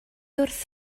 wrth